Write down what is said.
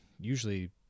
usually